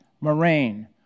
moraine